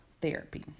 therapy